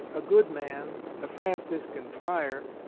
a good man, a franciscan friar,